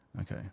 Okay